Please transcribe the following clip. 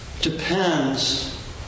depends